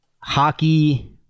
hockey